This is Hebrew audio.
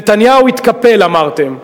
נתניהו התקפל, אמרתם.